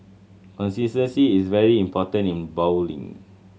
consistency is very important in bowling